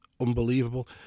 unbelievable